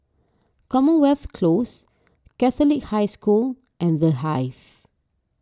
Commonwealth Close Catholic High School and the Hive